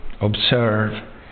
observe